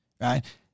right